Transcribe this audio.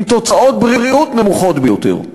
עם תוצאות בריאות נמוכות ביותר.